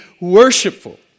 worshipful